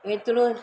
हेतिरो